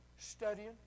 Studying